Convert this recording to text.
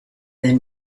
then